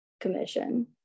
commission